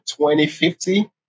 2050